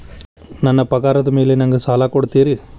ನನ್ನ ಪಗಾರದ್ ಮೇಲೆ ನಂಗ ಸಾಲ ಕೊಡ್ತೇರಿ?